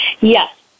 Yes